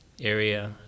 area